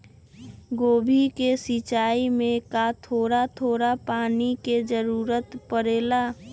गोभी के सिचाई में का थोड़ा थोड़ा पानी के जरूरत परे ला?